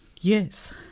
Yes